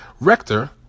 Rector